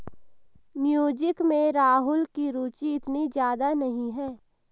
music में राहुल की रुचि इतनी ज्यादा नहीं है